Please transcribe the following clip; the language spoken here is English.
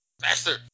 Faster